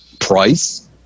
price